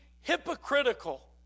hypocritical